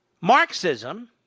Marxism